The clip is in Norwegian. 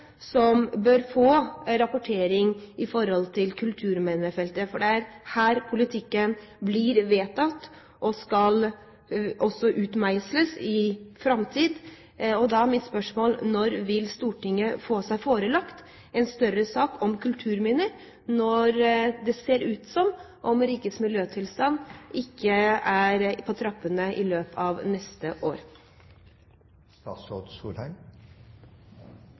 som bør få rapportering på kulturminnefeltet, for det er her politikken blir vedtatt og også skal utmeisles i framtiden. Da er mitt spørsmål: Når vil Stortinget få seg forelagt en større sak om kulturminner når det ser ut som om en melding om rikets miljøtilstand ikke er på trappene i løpet av neste år?